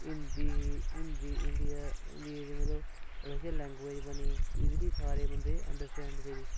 Hindi Hindi India India दी मतलब major language बनी इजिली सारे बंदे अंडरस्टैंड करी